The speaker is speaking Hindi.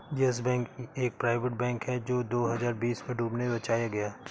यस बैंक एक प्राइवेट बैंक है जो दो हज़ार बीस में डूबने से बचाया गया